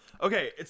Okay